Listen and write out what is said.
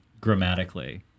Grammatically